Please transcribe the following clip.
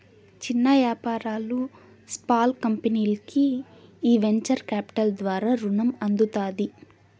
చిన్న యాపారాలు, స్పాల్ కంపెనీల్కి ఈ వెంచర్ కాపిటల్ ద్వారా రునం అందుతాది